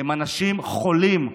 הם אנשים חולים.